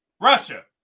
Russia